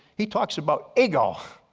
he talks about ergo,